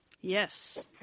Yes